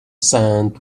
sand